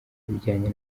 ibijyanye